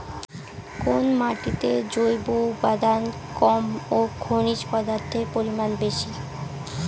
কোন মাটিতে জৈব উপাদান কম ও খনিজ পদার্থের পরিমাণ বেশি?